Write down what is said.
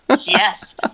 Yes